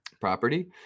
property